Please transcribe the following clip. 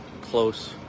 close